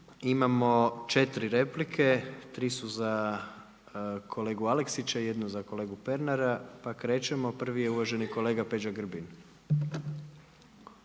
Imamo četiri replike, tri su za kolegu Aleksića, jedna za kolegu Pernara. Pa krećemo, prvi je uvaženi kolega Peđa Grbin.